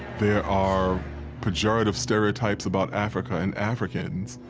there are pejorative stereotypes about africa and africans.